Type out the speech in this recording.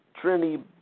Trinity